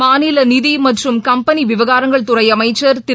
மாநிலநிதிமற்றும் கம்பெளிவிவகாரங்கள் துறைஅமைச்சள் திரு